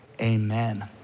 amen